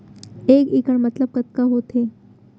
एक इक्कड़ मतलब कतका होथे?